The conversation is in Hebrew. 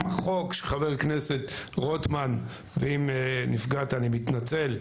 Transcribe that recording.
גם החוק שחבר הכנסת רוטמן ואם נפגעת אני מתנצל,